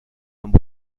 amb